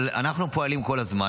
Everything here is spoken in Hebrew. אבל אנחנו פועלים כל הזמן.